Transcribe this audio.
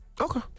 Okay